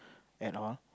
at all